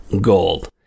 gold